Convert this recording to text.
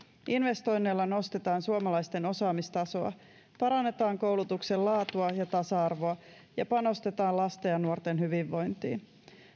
investoinneilla nostetaan suomalaisten osaamistasoa parannetaan koulutuksen laatua ja tasa arvoa ja panostetaan lasten ja nuorten hyvinvointiin